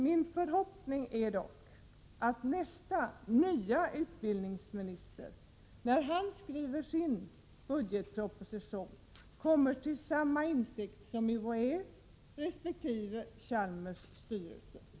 Min förhoppning är dock att nästa, nya utbildningsminister, när han skriver sin budgetproposition, kommer till samma insikt som UHÄ resp. Chalmers styrelse.